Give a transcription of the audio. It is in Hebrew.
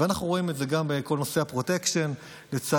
אנחנו רואים את זה גם בכל נושא הפרוטקשן, לצערי.